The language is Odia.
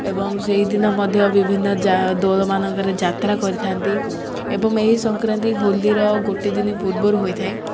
ଏବଂ ସେହିଦିନ ମଧ୍ୟ ବିଭିନ୍ନ ଦୋଳ ମାନଙ୍କରେ ଯାତ୍ରା କରିଥାନ୍ତି ଏବଂ ଏହି ସଂକ୍ରାନ୍ତି ହୋଲିର ଗୋଟେ ଦିନ ପୂର୍ବରୁ ହୋଇଥାଏ